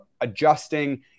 adjusting